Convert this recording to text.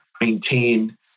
maintain